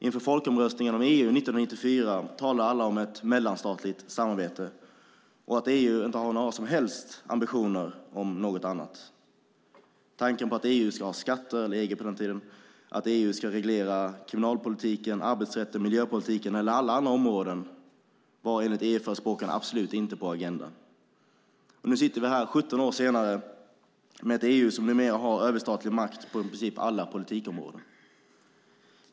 Inför folkomröstningen om EU 1994 talade alla om ett mellanstatligt samarbete. Man sade att EU inte har några som helst ambitioner om något annat. Tanken på att EU - eller EG på den tiden - ska ha skatter eller att EU ska reglera kriminalpolitiken, arbetsrätten, miljöpolitiken eller alla andra områden var enligt EU-förespråkarna absolut inte på agendan. Nu sitter vi här, 17 år senare, med ett EU som numera har överstatlig makt på i princip alla politikområden.